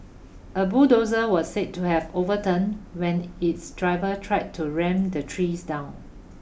a bulldozer was said to have overturned when its driver tried to ram the trees down